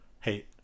hey